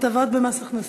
הטבות במס הכנסה.